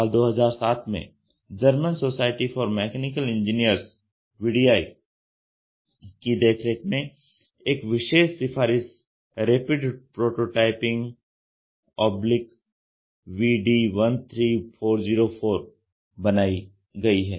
साल 2007 में German society for mechanical engineers की देखरेख में एक विशेष सिफारिश रैपिड प्रोटोटाइपिंगVDI3404 बनाई गई है